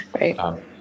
right